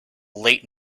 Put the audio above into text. late